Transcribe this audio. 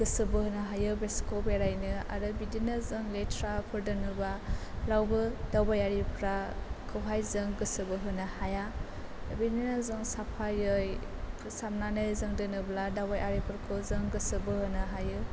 गोसो बोहोनो हायो गोसोखौ बेरायनो आरो बिदिनो जों लेथ्रा फोर दोनोब्ला रावबो दावबायारिखौ जों गोसो बोहोनो हाया बेदिनो जों साफायै फोसाबनानै जों दोनोब्ला दावबायारिफोरखौ जों गोसो बोहनो हायो